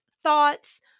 Thoughts